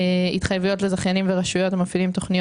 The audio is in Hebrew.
התחייבויות לזכיינים ורשויות המפעילים תוכניות